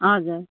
हजुर